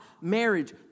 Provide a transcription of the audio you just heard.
Marriage